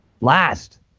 Last